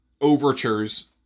overtures